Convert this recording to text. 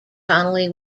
connelly